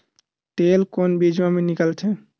तेल कोन बीज मा निकलथे?